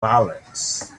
violence